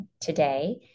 today